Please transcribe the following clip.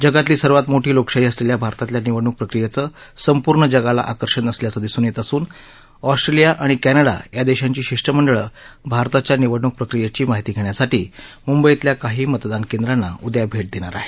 जगातली सर्वात मोठी लोकशाही असलेल्या भारतातल्या निवडणूक प्रक्रियेचं संपूर्ण जगाला आकर्षण असल्याचं दिसून येत असून ऑस्ट्रेलिया आणि कॅनडा या देशांची शिष्टमंडळं भारताच्या निवडणूक प्रक्रियेची माहिती घेण्यासाठी मुंबईतल्या काही मतदान केंद्रांना उद्या भेट देणार आहेत